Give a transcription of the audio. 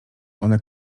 one